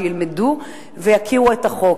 שילמדו ויכירו את החוק.